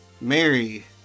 Mary